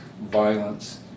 violence